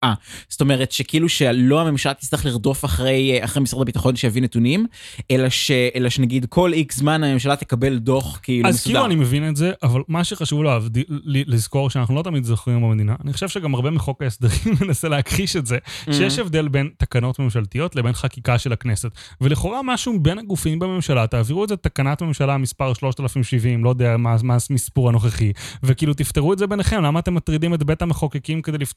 זאת אומרת שכאילו שלא הממשלה תצטרך לרדוף אחרי משרד הביטחון שיביא נתונים, אלא שנגיד כל איקס זמן הממשלה תקבל דו"ח כאילו מסודר. אז כאילו אני מבין את זה, אבל מה שחשוב לזכור שאנחנו לא תמיד זוכרים במדינה, אני חושב שגם הרבה מחוק ההסדרים מנסה להכחיש את זה, שיש הבדל בין תקנות ממשלתיות לבין חקיקה של הכנסת. ולכאורה משהו בין הגופים בממשלה תעבירו את זה תקנת ממשלה מספר 3070 לא יודע מה המספור הנוכחי, וכאילו תפתרו את זה ביניכם, למה אתם מטרידים את בית המחוקקים כדי לפתור?